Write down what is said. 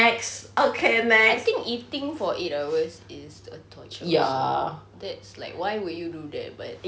I think eating for eight hours is a torture also that's like why would you do that but